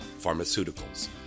pharmaceuticals